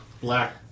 black